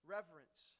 Reverence